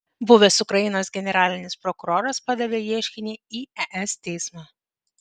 buvęs ukrainos generalinis prokuroras padavė ieškinį į es teismą